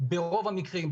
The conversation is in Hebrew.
ברוב המקרים,